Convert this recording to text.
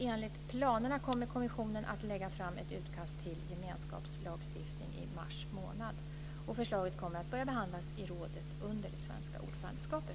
Enligt planerna kommer kommissionen att lägga fram ett utkast till gemenskapslagstiftning i mars månad. Förslaget kommer att börja behandlas i rådet under det svenska ordförandeskapet.